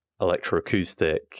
electroacoustic